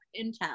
intel